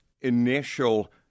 initial